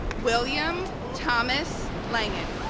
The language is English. william thomas langan